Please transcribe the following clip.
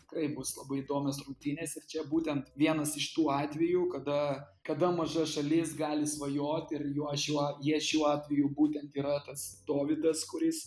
tikrai bus labai įdomios rungtynės ir čia būtent vienas iš tų atvejų kada kada maža šalis gali svajot ir juo šiuo jie šiuo atveju būtent yra tas dovydas kuris